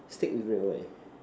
steak with red wine